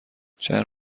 چند